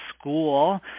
school